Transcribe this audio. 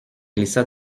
glissa